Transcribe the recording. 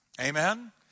Amen